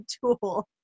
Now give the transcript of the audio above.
tool